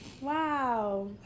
Wow